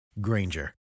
Granger